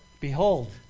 Behold